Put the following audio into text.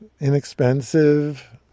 Inexpensive